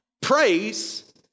praise